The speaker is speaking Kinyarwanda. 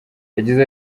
yagize